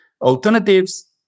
Alternatives